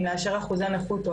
אם לאשר אחוזי נכות,